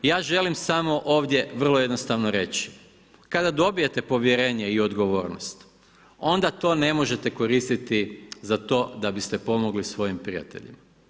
Ja želim samo ovdje vrlo jednostavno reći, kada dobijete povjerenje i odgovornost, onda to ne možete koristiti za to da biste pomogli svojim prijateljima.